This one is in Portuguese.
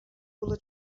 pula